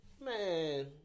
Man